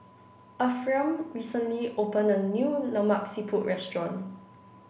Ephriam recently opened a new Lemak Siput Restaurant